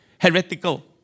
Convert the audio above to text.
heretical